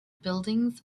buildings